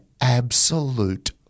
absolute